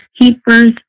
Keepers